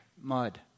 mud